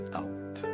out